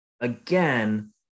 again